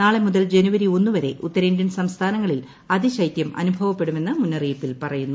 നാളെ മുതൽ ജനുവരി ഒന്ന് വരെ ഉത്തരേന്ത്യൻ സംസ്ഥാനങ്ങളിൽ അതിശൈത്യം അനുഭവപ്പെടുമെന്ന് മുന്നറിയിപ്പിൽ പറയുന്നു